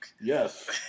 Yes